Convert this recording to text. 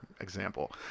example